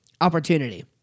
opportunity